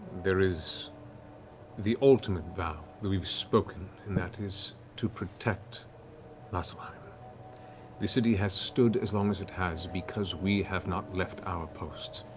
there is the alternate vow that we've spoken, and that is to protect vasselheim. the city has stood as long as it has because we have not left our post.